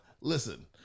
Listen